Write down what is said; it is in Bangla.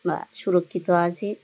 বা সুরুক্ষিত আছি